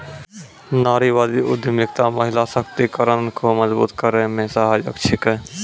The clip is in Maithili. नारीवादी उद्यमिता महिला सशक्तिकरण को मजबूत करै मे सहायक छिकै